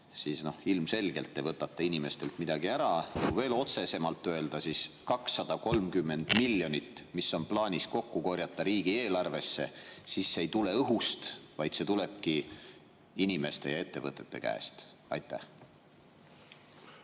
siis ilmselgelt te võtate inimestelt midagi ära. Kui veel otsesemalt öelda, siis see 230 miljonit, mis on plaanis kokku korjata riigieelarvesse, ei tule õhust, vaid see tulebki inimeste ja ettevõtete käest. Aitäh!